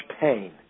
pain